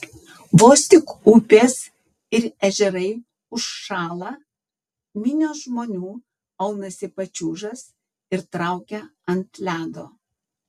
vos tik upės ir ežerai užšąla minios žmonių aunasi pačiūžas ir traukia ant ledo